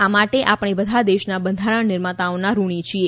આ માટે આપણે બધા દેશના બંધારણ નિર્માતાઓના ઋણી છીએ